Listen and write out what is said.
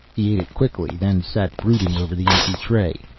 he ate it quickly, then sat brooding over the empty tray,